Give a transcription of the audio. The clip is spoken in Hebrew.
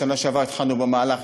בשנה שעברה התחלנו במהלך.